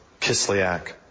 Kislyak